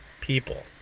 people